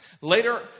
Later